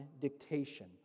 dictation